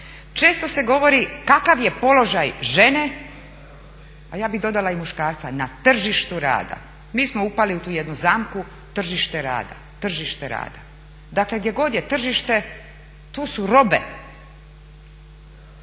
Često se govori kakav je položaj žene, a ja bih dodala i muškarca, na tržištu rada. Mi smo upali u tu jednu zamku tržište rada. Dakle, gdje god je tržište tu su robe.